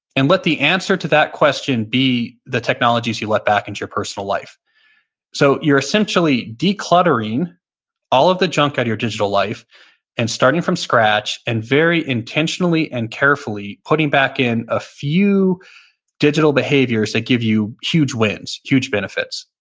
and let the answer to that question be the technologies you let back into your personal life so you're essentially decluttering all of the junk out of your digital life and starting from scratch and very intentionally and carefully putting back in a few digital behaviors that give you huge wins, huge benefits.